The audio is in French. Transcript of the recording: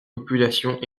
populations